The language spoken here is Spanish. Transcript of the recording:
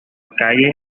calle